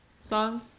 song